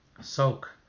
soak